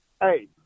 Hey